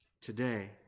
today